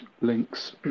links